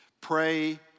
Pray